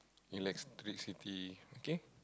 electricity okay